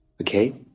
okay